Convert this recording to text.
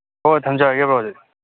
ꯑꯣ ꯊꯝꯖꯔꯒꯦ ꯕ꯭ꯔꯣ ꯑꯗꯨꯗꯤ